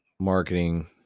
Marketing